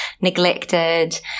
neglected